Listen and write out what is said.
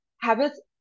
habits